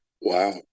Wow